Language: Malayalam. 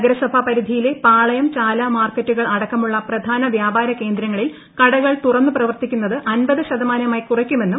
നഗരസഭാ പരിധിയിലെ പാളയം ചാല മാർക്ക്ക്കുകളടക്കമുള്ള പ്രധാന വ്യാപാര കേന്ദ്രങ്ങളിൽ കടകൾ ി തുറ്ന്ന് പ്രവർത്തിക്കുന്നത് അമ്പത് ശതമാനമായി കുറ്റയ്ക്കും